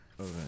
Okay